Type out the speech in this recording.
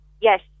yes